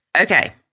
Okay